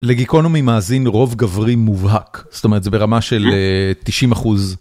לגיקונומי מאזין רוב גברי מובהק, זאת אומרת זה ברמה של 90 אחוז.